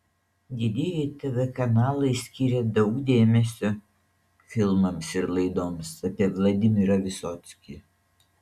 didieji tv kanalai skyrė daug dėmesio filmams ir laidoms apie vladimirą vysockį